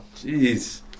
jeez